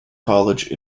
college